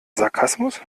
sarkasmus